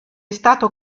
stato